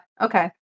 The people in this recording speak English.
okay